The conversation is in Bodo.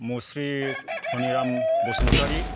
मुस्रि धनिराम बसुमातारि